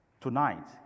Tonight